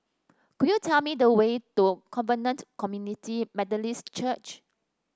could you tell me the way to Covenant Community Methodist Church